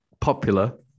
popular